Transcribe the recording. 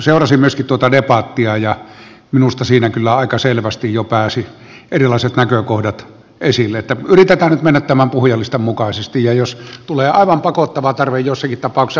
seurasin myöskin tuota debattia ja minusta siinä kyllä aika selvästi jo pääsivät erilaiset näkökohdat esille niin että yritetään nyt mennä tämän puhujalistan mukaisesti ja jos tulee aivan pakottava tarve jossakin tapauksessa harkitsemme sitä sitten uudelleen